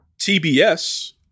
TBS